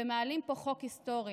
ומעלים פה חוק היסטורי,